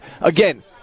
Again